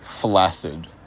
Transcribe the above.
Flaccid